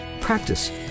Practice